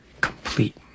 Complete